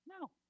No